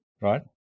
right